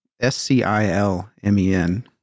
S-C-I-L-M-E-N